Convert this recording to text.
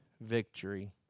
victory